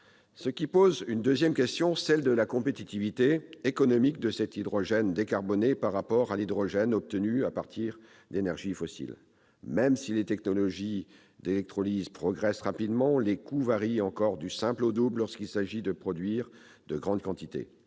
En découle une autre question : celle de la compétitivité économique de cet hydrogène décarboné par rapport à l'hydrogène obtenu à partir d'énergies fossiles. Même si les technologies d'électrolyse progressent rapidement, les coûts varient encore du simple au double lorsqu'il s'agit de produire de grandes quantités,